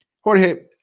Jorge